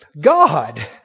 God